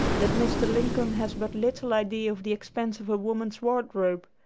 that mr. lincoln has but little idea of the expense of a woman's wardrobe.